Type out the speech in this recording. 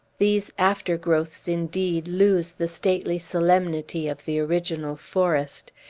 these after-growths, indeed, lose the stately solemnity of the original forest.